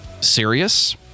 serious